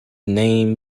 name